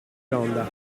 ronda